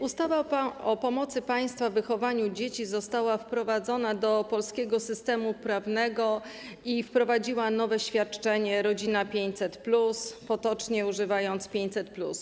Ustawa o pomocy państwa w wychowaniu dzieci została wprowadzona do polskiego systemu prawnego i wprowadziła nowe świadczenie „Rodzina 500+”, potocznie nazywane 500+.